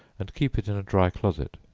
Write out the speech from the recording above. and keep it in a dry closet.